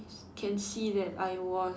can see that I was